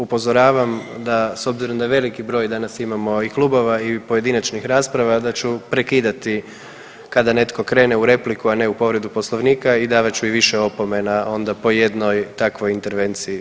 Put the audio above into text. Upozoravam da s obzirom da veliki broj danas imamo i klubova i pojedinačnih rasprava da ću prekidati kada netko krene u repliku, a ne u povredu Poslovnika i davat ću i više opomena onda po jednoj takvoj intervenciji.